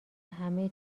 همه